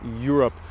Europe